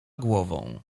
głową